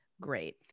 Great